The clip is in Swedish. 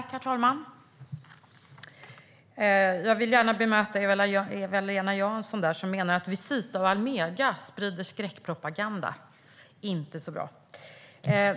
Herr talman! Jag vill gärna bemöta Eva-Lena Jansson. Hon menade att Visita och Almega sprider skräckpropaganda - inte så bra.